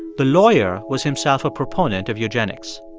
the lawyer was himself a proponent of eugenics.